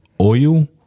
Oil